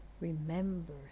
remember